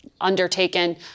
undertaken